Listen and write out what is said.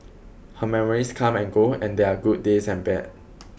her memories come and go and there are good days and bad